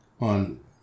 on